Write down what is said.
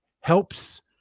helps